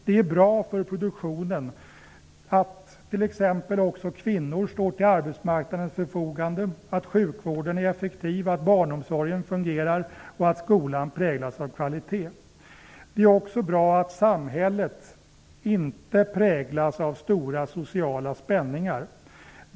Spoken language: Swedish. Det är bra för produktionen att t.ex. också kvinnor står till arbetsmarknadens förfogande, att sjukvården är effektiv, att barnomsorgen fungerar och att skolan präglas av kvalitet. Det är också bra att samhället inte präglas av stora sociala spänningar.